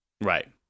Right